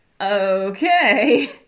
okay